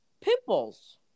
pimples